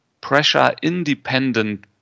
pressure-independent